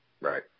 Right